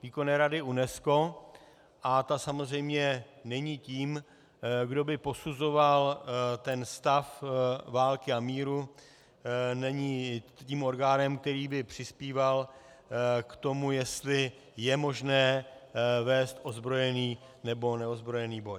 Výkonné rady UNESCO a ta samozřejmě není tím, kdo by posuzoval ten stav války a míru, není tím orgánem, který by přispíval k tomu, jestli je možné vést ozbrojený nebo neozbrojený boj.